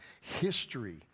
History